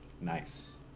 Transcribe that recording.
Nice